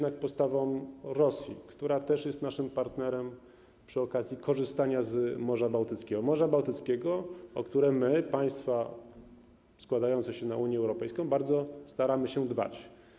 Chodzi o postawę Rosji, która jest naszym partnerem w zakresie korzystania z Morza Bałtyckiego - Morza Bałtyckiego, o które my, państwa składające się na Unię Europejską, bardzo staramy się dbać.